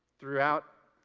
throughout.